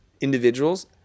individuals